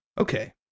Okay